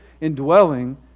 indwelling